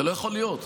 זה לא יכול להיות.